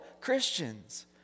Christians